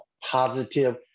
positive